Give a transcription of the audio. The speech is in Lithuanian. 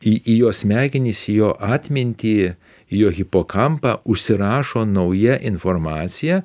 į į jo smegenis į jo atmintį į jo hipokampą užsirašo nauja informacija